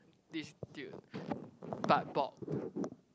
this dude but bald